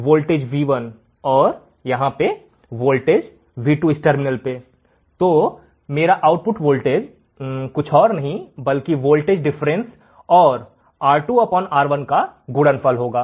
voltage v1 और यहां दूसरे टर्मिनल पर v2तो मेरा आउटपुट वोल्टेज कुछ और नहीं बल्कि वोल्टेज डिफरेंस और R2 R1 गुणनफल होगा